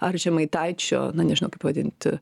ar žemaitaičio na nežinau kaip vadint